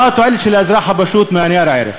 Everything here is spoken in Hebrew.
מה התועלת של האזרח הפשוט מנייר ערך?